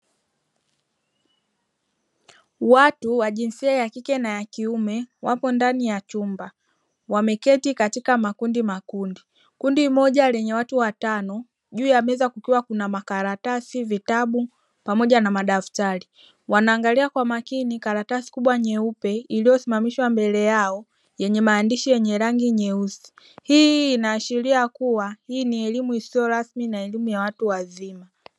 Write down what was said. Watu wa jinsia ya kike na ya kiume wapo ndani ya chumba. Wameketi katika makundi makundi, kundi moja lenye watu watano. Juu ya meza kukiwa kuna makaratasi, vitabu pamoja na madaftari. Wanaangalia kwa makini karatasi kubwa nyeupe iliyosimamishwa mbele yao yenye maandishi yenye rangi nyeusi. Hii inaashiria kuwa hii ni elimu isiyo rasmi na elimu ya watu wazima.